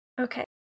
Okay